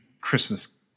Christmas